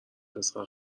پسر